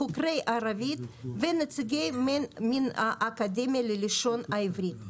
חוקרי ערבית ונציגים מהאקדמיה ללשון העברית.